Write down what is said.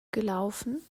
gelaufen